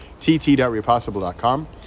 tt.repossible.com